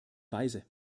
weise